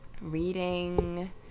reading